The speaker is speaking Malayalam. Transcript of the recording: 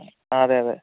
ആ അതെ അതെ